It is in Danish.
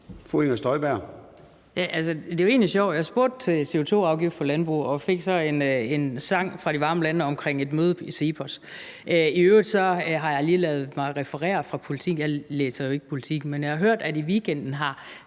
det er jo egentlig sjovt; jeg spurgte til CO2-afgift på landbruget og fik så en sang fra de varme lande omkring et møde i CEPOS. I øvrigt har jeg lige ladet mig referere fra Politiken – jeg læser jo ikke Politiken, men jeg har hørt det – at i weekenden har